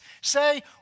say